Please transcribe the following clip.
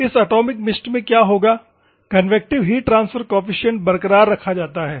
इस atomic mist में क्या होगा कन्वेक्टिव हीट ट्रांसफर कोफ्फीसिएंट बरकरार रखा जाता है